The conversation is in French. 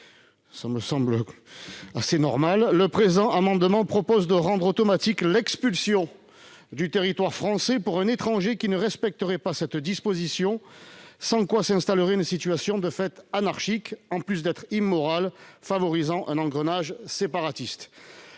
Cela me semble assez normal ! Le présent amendement a pour objet de rendre automatique l'expulsion du territoire français d'un étranger qui ne respecterait pas cette disposition. Sinon s'installera une situation anarchique, en plus d'être immorale, favorisant un engrenage séparatiste.